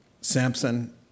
Samson